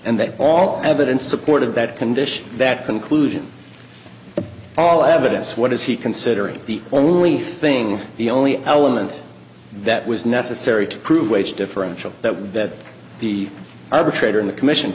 and that all evidence supported that condition that conclusion all evidence what is he considering the only thing the only element that was necessary to prove wage differential that the arbitrator in the commission